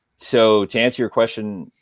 so to answer your question,